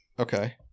Okay